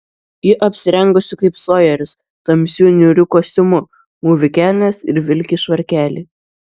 ji apsirengusi kaip sojeris tamsiu niūriu kostiumu mūvi kelnes ir vilki švarkelį